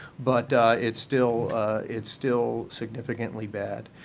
but it's still it's still significantly bad.